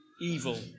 evil